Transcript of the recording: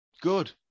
good